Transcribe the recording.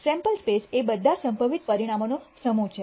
sample space એ બધા સંભવિત પરિણામોનો સમૂહ છે